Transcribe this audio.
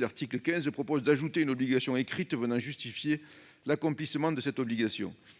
L'article 15 prévoit d'ajouter une obligation écrite venant justifier l'accomplissement de cette obligation.